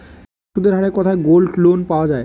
কম সুদের হারে কোথায় গোল্ডলোন পাওয়া য়ায়?